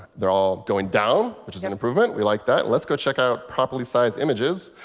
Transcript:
they're all going down, which is an improvement. we like that. and let's go check out properly-sized images.